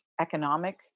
economic